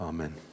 Amen